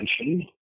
attention